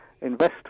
invest